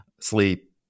sleep